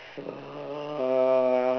uh